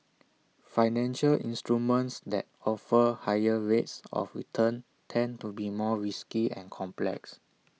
financial instruments that offer higher rates of return tend to be more risky and complex